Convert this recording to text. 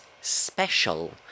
special